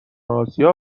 آسیا